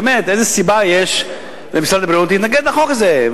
באמת איזה סיבה יש למשרד הבריאות להתנגד לחוק הזה.